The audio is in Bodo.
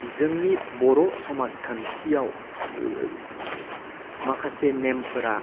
जोंनि बर' समाजखान्थियाव माखासे नेमफोरा